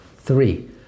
Three